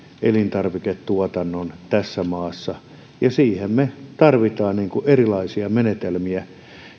elintarviketuotannon tässä maassa ja siihen me tarvitsemme erilaisia menetelmiä